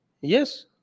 Yes